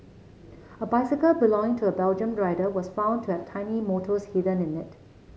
a bicycle belonging to a Belgian rider was found to have tiny motors hidden in it